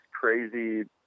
crazy